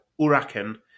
Uraken